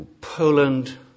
Poland